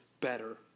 better